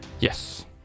Yes